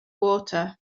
water